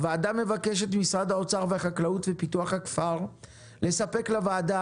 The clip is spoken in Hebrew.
הוועדה מבקשת ממשרד האוצר והחקלאות ופיתוח הכפר לספק לוועדה